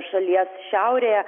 šalies šiaurėje